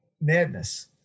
madness